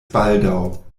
baldaŭ